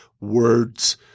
words